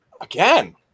Again